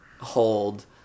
hold